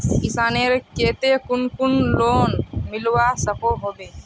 किसानेर केते कुन कुन लोन मिलवा सकोहो होबे?